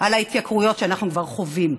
על ההתייקרויות שאנחנו כבר חווים.